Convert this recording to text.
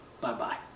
Bye-bye